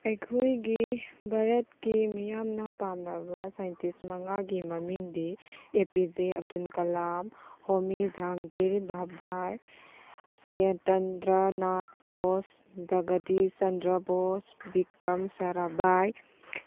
ꯑꯩꯈꯣꯏꯒꯤ ꯚꯥꯔꯠꯀꯤ ꯃꯤꯌꯥꯝꯅ ꯄꯥꯝꯅꯕ ꯁꯥꯏꯟꯁꯇꯤꯁ ꯃꯉꯥꯒꯤ ꯃꯃꯤꯡꯗꯤ A P J Abdul Kalam Homi Jehangir Bhabha Satyendranath Bose Jagadish Chandra Bose Vikram Sarabhai